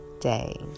day